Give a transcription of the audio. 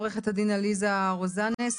עורכת הדין עליזה רוזנס,